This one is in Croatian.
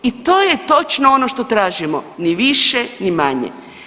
I to je točno ono što tražimo, ni više, ni manje.